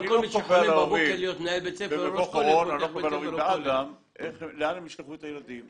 במבוא חורון לאן הם ישלחו את הילדים?